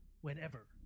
whenever